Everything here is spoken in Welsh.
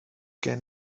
gen